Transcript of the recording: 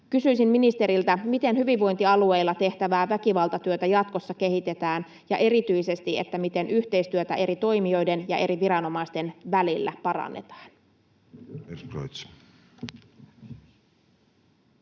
Kysyisin ministeriltä, miten hyvinvointialueilla tehtävää väkivaltatyötä jatkossa kehitetään, ja erityisesti, miten yhteistyötä eri toimijoiden ja eri viranomaisten välillä parannetaan.